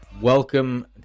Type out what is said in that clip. welcome